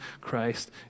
Christ